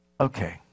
okay